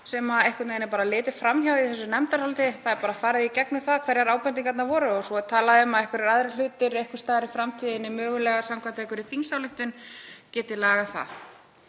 bentu á sem er litið fram hjá í þessu nefndaráliti. Þar er bara farið í gegnum það hverjar ábendingarnar voru og svo er talað um að einhverjir aðrir hlutir einhvers staðar í framtíðinni, mögulega samkvæmt einhverri þingsályktun, geti lagað það.